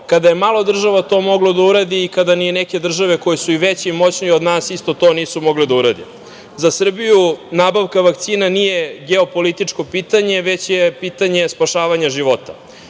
kada je malo država to moglo da uradi i kada neke države koje su i veće i moćnije od nas isto to nisu mogle da urade.Za Srbiju nabavka vakcina nije geo-političko pitanje, već je pitanje spašavanja života.